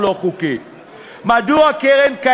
אבל עכשיו,